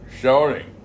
shouting